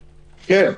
כן.